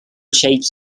shapes